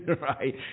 right